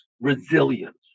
resilience